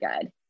good